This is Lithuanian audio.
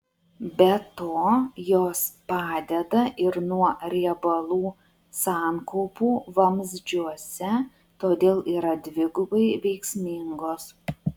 be to jos padeda ir nuo riebalų sankaupų vamzdžiuose todėl yra dvigubai veiksmingos